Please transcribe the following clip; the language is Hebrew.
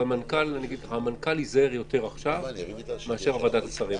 והמנכ"ל יזהר יותר עכשיו מאשר ועדת השרים,